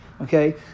Okay